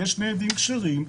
ויש שני עדים כשרים,